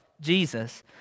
Jesus